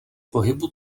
pohybu